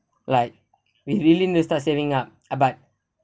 like we willing to start saving up ah but